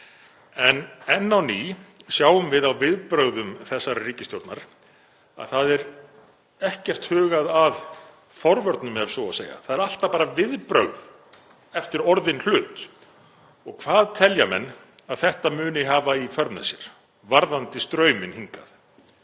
En enn á ný sjáum við á viðbrögðum þessarar ríkisstjórnar að það er ekkert hugað að forvörnum ef svo má segja. Það eru alltaf bara viðbrögð eftir orðinn hlut. Og hvað telja menn að þetta muni hafa í för með sér varðandi strauminn hingað?